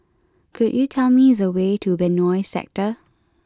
could you tell me the way to Benoi Sector